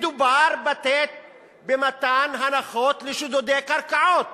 מדובר במתן הנחות לשודדי קרקעות.